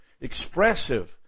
expressive